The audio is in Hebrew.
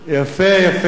יפה, יפה.